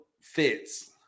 fits